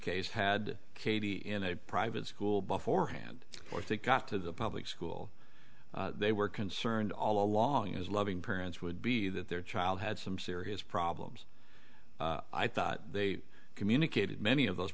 case had katie in a private school beforehand or they got to the public school they were concerned all along as loving parents would be that their child had some serious problems i thought they communicated many of those